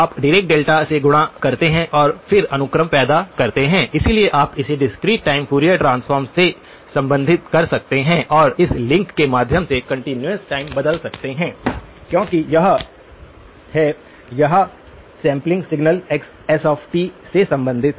आप Dirac deltas से गुणा करते हैं और फिर अनुक्रम पैदा करते हैं इसलिए आप इसे डिस्क्रीट टाइम फूरियर ट्रांसफॉर्म से संबंधित कर सकते हैं और इस लिंक के माध्यम से कंटीन्यूअस टाइम बदल सकते हैं क्योंकि यह है यह सैंपलिंग सिग्नल xs से संबंधित है